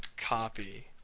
copy.